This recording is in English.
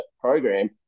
program